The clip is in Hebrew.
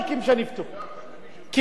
כמעט,